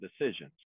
decisions